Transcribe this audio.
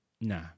Nah